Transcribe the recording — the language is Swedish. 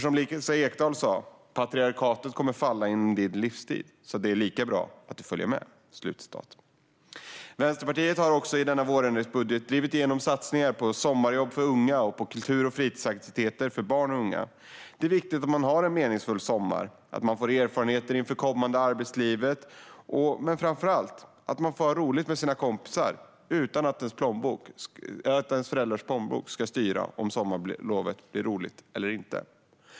Som Lisa Ekdahl sa: Patriarkatet kommer att falla inom din livstid, så det är lika bra att du följer med. Vänsterpartiet har i denna vårändringsbudget också drivit igenom satsningar på sommarjobb för unga och på kultur och fritidsaktiviteter för barn och unga. Det är viktigt att ha en meningsfull sommar, att få erfarenheter inför det kommande arbetslivet men framför allt att få ha roligt med sina kompisar utan att ens föräldrars plånbok styr om sommarlovet blir roligt eller inte.